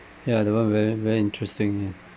ya that one very very interesting ya